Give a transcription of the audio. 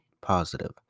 positive